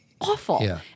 awful